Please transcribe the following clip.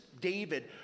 David